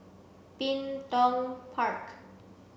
Bin Tong Park